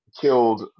killed